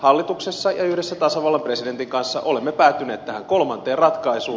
hallituksessa ja yhdessä tasavallan presidentin kanssa olemme päätyneet tähän kolmanteen ratkaisuun